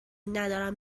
ندارم